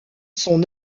son